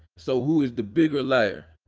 so who is the bigger liar?